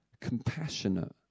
compassionate